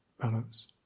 balance